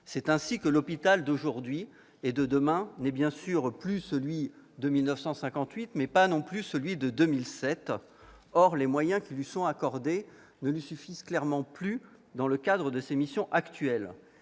passées. L'hôpital d'aujourd'hui et de demain n'est bien sûr plus celui de 1958, ni même celui de 2007. Or les moyens qui lui sont accordés ne lui suffisent clairement plus pour assurer ses missions actuelles.